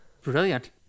Brilliant